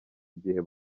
igihe